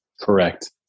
Correct